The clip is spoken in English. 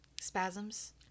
Spasms